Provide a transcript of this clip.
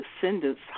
descendants